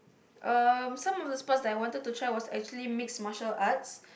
um some of the sports that I wanted to try was actually mixed martial arts